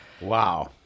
Wow